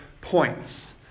points